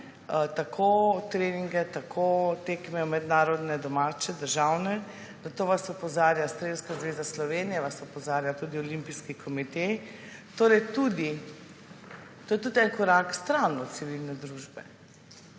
tako treninge, tako tekme mednarodne, domače, državne. Na to vas opozarja Strelska zveza Slovenije, vas opozarja tudi Olimpijski komite. Torej, to je tudi en korak stran od civilne družbe,